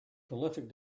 prolific